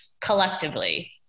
collectively